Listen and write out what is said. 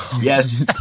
Yes